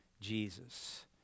Jesus